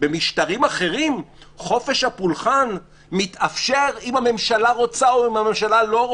במשטרים אחרים חופש הפולחן מתאפשר אם הממשלה רוצה או לא.